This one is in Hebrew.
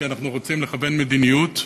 כי אנחנו רוצים לכוון מדיניות,